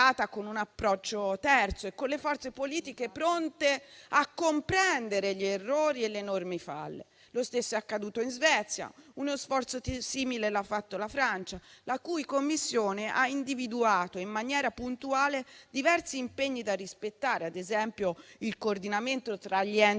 con un approccio terzo e con le forze politiche pronte a comprendere gli errori e le enormi falle. Lo stesso è accaduto in Svezia e uno sforzo simile l'ha fatto la Francia, la cui commissione ha individuato in maniera puntuale diversi impegni da rispettare, come ad esempio il coordinamento tra gli enti